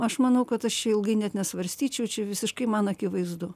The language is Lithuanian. aš manau kad aš čia ilgai net nesvarstyčiau čia visiškai man akivaizdu